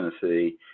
Tennessee